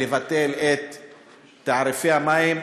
לבטל את זה בתעריפי המים,